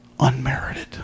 unmerited